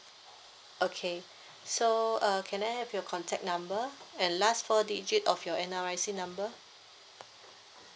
okay so uh can I have your contact number and last four digit of your N_R_I_C number